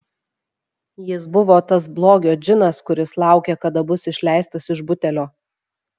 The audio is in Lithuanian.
jis buvo tas blogio džinas kuris laukia kada bus išleistas iš butelio